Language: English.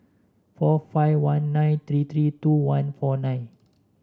four five one nine three three two one four nine